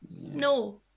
No